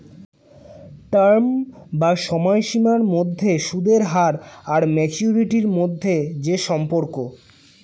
term বা সময়সীমার মধ্যে সুদের হার আর ম্যাচুরিটি মধ্যে যে সম্পর্ক